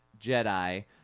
Jedi